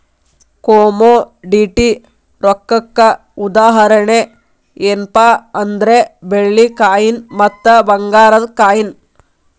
commodity ರೊಕ್ಕಕ್ಕ ಉದಾಹರಣಿ ಯೆನ್ಪಾ ಅಂದ್ರ ಬೆಳ್ಳಿ ಕಾಯಿನ್ ಮತ್ತ ಭಂಗಾರದ್ ಕಾಯಿನ್